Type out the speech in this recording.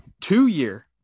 Two-year